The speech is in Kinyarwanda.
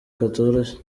katoroshye